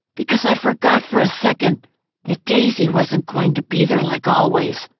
because i forgot for a second that daisy wasn't going to be there like always,